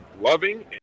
loving